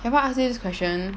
have I asked you this question